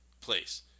place